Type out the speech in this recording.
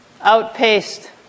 outpaced